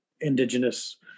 Indigenous